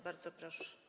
Bardzo proszę.